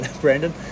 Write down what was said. Brandon